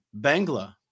Bangla